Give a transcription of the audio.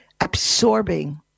absorbing